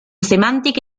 semántica